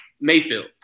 Mayfield